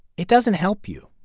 it doesn't help you.